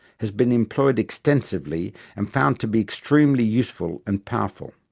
has been employed extensively and found to be extremely useful and powerful.